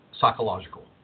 Psychological